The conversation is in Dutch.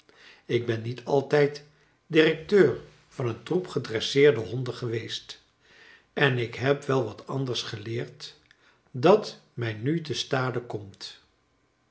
ik ben niet altijd directeur van een troep gedresseerde honden geweest en ik heb wel wat anders geleerd dat mij nu te stade komt